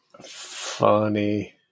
funny